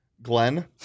Glenn